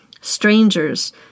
strangers